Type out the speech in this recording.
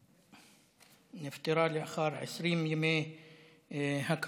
היא נפטרה לאחר 20 ימי הקרנות.